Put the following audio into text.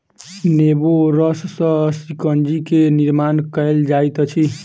नेबो रस सॅ शिकंजी के निर्माण कयल जाइत अछि